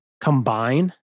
combine